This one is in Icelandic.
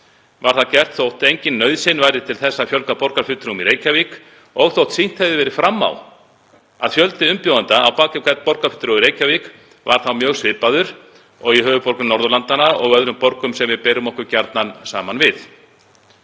Var það gert þótt engin nauðsyn væri til að fjölga borgarfulltrúum í Reykjavík og þótt sýnt hefði verið fram á að fjöldi umbjóðenda á bak við hvern borgarfulltrúa í Reykjavík var mjög svipaður og í höfuðborgum Norðurlandanna og öðrum borgum sem við berum okkur gjarnan saman við.